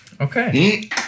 okay